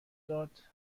داد